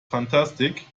fantastic